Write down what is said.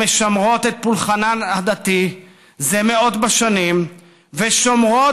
המשמרות את פולחנן הדתי זה מאות בשנים ושומרות